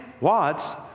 Watts